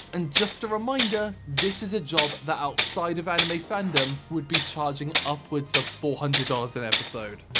and just a reminder, this is a job that outside of anime fandom would be charging upwards of four hundred dollars an episode.